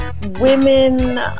women